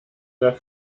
der